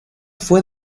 fue